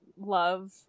love